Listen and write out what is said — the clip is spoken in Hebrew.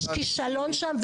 יש כישלון שם,